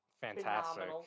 fantastic